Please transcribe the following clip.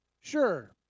Sure